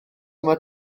yma